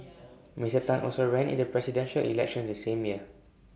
Mister Tan also ran in the Presidential Elections the same year